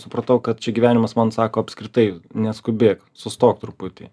supratau kad gyvenimas man sako apskritai neskubėk sustok truputį